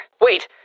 Wait